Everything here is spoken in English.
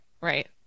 right